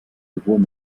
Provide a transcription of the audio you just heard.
sowohl